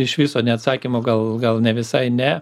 iš viso neatsakymo gal gal ne visai ne